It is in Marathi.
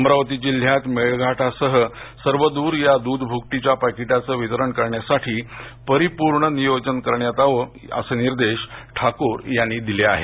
अमरावती जिल्ह्यात मेळघाटसह सर्वद्र या द्ध भूकटीच्या पाकीटांचं वितरण करण्यासाठी परिपूर्ण नियोजन करण्यात यावं असे निर्देश ठाकूर यांनी दिले आहेत